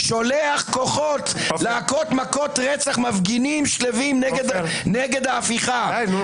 -- שולח כוחות להכות מכות רצח מפגינים שלווים נגד ההפיכה -- די נו,